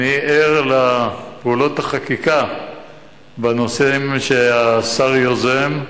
אני ער לפעולות החקיקה בנושאים שהשר יוזם,